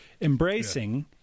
embracing